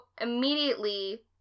immediately